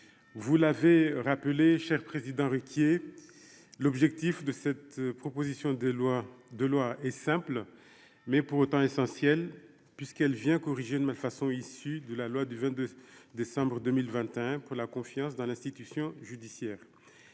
vous l'avez rappelé cher président Ruquier l'objectif de cette proposition de loi de loi et simple, mais pour autant essentielle puisqu'elle vient corriger de malfaçon issu de la loi du 22 décembre 2021 pour la confiance dans l'institution judiciaire,